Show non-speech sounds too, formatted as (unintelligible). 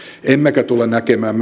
emmekä tule näkemään (unintelligible)